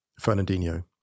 Fernandinho